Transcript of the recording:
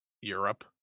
Europe